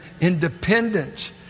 independence